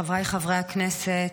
חבריי חברי הכנסת,